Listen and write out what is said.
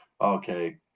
okay